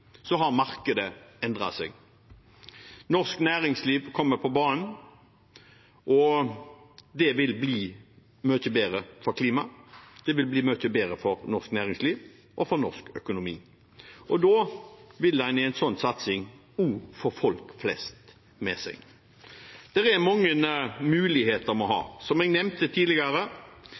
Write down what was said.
har markedet endret seg, norsk næringsliv kommer på banen. Det vil bli mye bedre for klimaet, det vil bli mye bedre for norsk næringsliv og for norsk økonomi. Da vil en i en slik satsing også få folk flest med seg. Vi har mange muligheter. Som jeg nevnte tidligere,